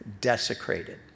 desecrated